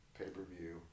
pay-per-view